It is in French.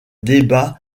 débat